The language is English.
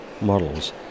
models